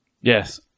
yes